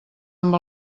amb